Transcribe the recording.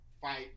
Fight